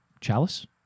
chalice